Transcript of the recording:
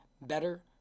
better